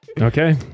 Okay